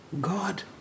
God